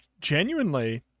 genuinely